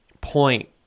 point